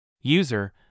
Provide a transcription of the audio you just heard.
User